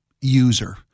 user